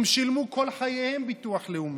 הם שילמו כל חייהם ביטוח לאומי,